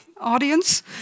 audience